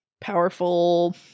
powerful